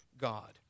God